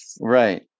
Right